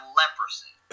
leprosy